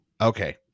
Okay